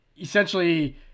essentially